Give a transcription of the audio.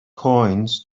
coins